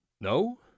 No